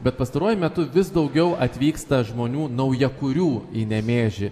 bet pastaruoju metu vis daugiau atvyksta žmonių naujakurių į nemėžį